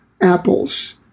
Apples